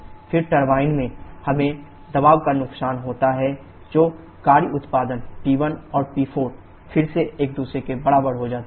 फिर टरबाइन में हमें दबाव का नुकसान होता है जो कार्य उत्पादन P1 और P4 फिर से एक दूसरे के बराबर होता है